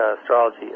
astrology